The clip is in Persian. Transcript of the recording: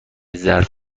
ظرف